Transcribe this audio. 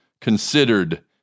considered